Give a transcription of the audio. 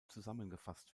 zusammengefasst